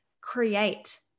create